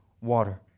water